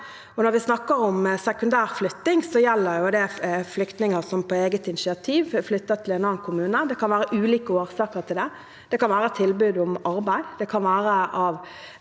Når vi snakker om sekundærflytting, gjelder det flyktninger som på eget initiativ flytter til en annen kommune. Det kan være ulike årsaker til det. Det kan være et tilbud om arbeid.